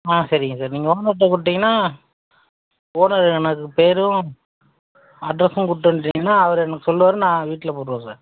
ஆ சரிங்க சார் நீங்கள் ஓனர்கிட்ட கொடுத்தீங்கனா ஓனர் எனக்கு பெயரும் அட்ரெஸ்ஸும் கொடுத்து அனுப்பிட்டீங்கனா அவரு எனக்கு சொல்லுவாரு நான் வீட்டில் போட்டுருவேன் சார்